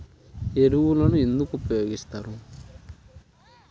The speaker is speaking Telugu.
ఎరువులను ఎందుకు ఉపయోగిస్తారు?